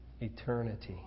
Eternity